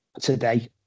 today